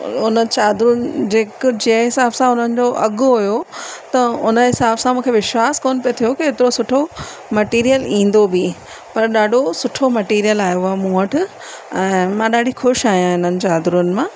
उन चादरुनि जे जंहिं हिसाब सां उन्हनि जो अघि हुयो त उन हिसाब सां मूंखे विश्वासु कोन्ह पियो थियो की एतिरो सुठो मैटिरियल ईंदो बि पर ॾाढो सुठो मैटिरियल आयो आहे मूं वटि ऐं मां ॾाढी ख़ुशि आहियां इन्हनि चादरुनि मां